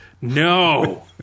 No